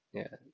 ya